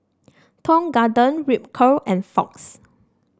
Tong Garden Ripcurl and Fox